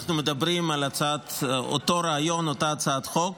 אנחנו מדברים על אותו רעיון, אותה הצעת חוק,